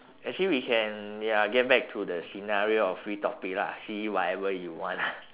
actually we can ya get back to the scenario of free topic lah see whatever you want ah